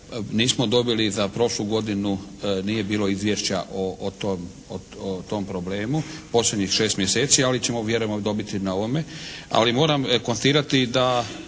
nismo dobili za prošlu godinu, nije bilo izvješća o tom problemu posljednjih šest mjeseci. Ali ćemo vjerujemo dobiti na ovome. Ali moram konstatirati da